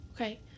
okay